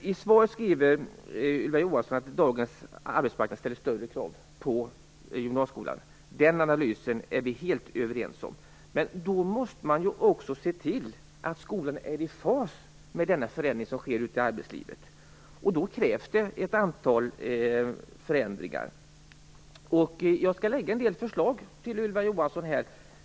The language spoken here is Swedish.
I svaret skriver Ylva Johansson att dagens arbetsmarknad ställer större krav på gymnasieskolan. Den analysen är vi helt överens om. Men då måste man ju också se till att skolan är i fas med den förändring som sker ute i arbetslivet, och då krävs det ett antal förändringar. Jag skall lägga fram en del förslag till Ylva Johansson